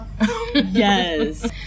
Yes